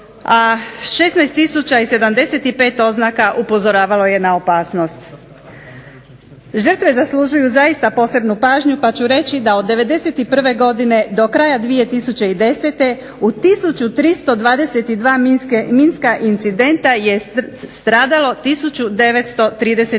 i 75 oznaka upozoravalo je na opasnost. Žrtve zaslužuju zaista posebnu pažnju, pa ću reći da od '91. godine do kraja 2010. u tisuću 322 minska incidenta je stradalo